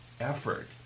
effort